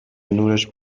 نورش